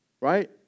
right